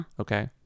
Okay